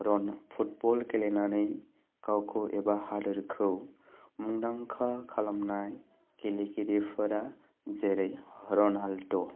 football गेलेनानै गावखौ एबा हादरखौ मुंदांखां खालामनाय गेलेगिरिफोरा जेरै रनाल्द'